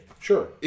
Sure